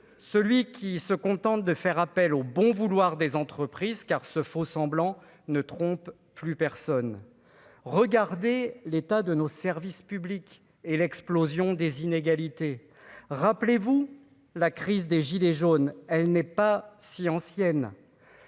celui qui se contente de faire appel au bon vouloir des entreprises car ce faux-semblant ne trompe plus personne, regardez l'état de nos services publics et l'explosion des inégalités, rappelez-vous la crise des gilets jaunes, elle n'est pas si ancienne,